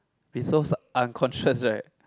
be so sub unconscious right